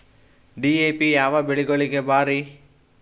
DAP ಯಾವ ಬೆಳಿಗೊಳಿಗ ಭಾರಿ?